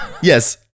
Yes